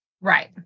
Right